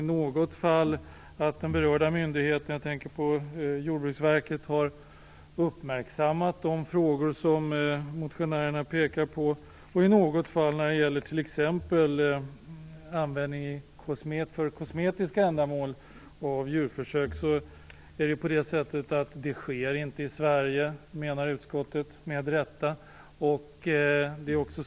I något fall beror det på att den berörda myndigheten - jag tänker på Jordbruksverket - har uppmärksammat de frågor som motionärerna pekar på. I något fall, t.ex. när det gäller djurförsök för att testa kosmetika, är det på det sättet att utskottet med rätta inte anser att detta sker i Sverige.